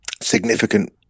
significant